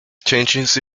changes